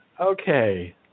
Okay